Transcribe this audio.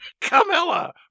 Camilla